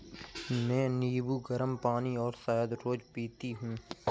मैं नींबू, गरम पानी और शहद रोज पीती हूँ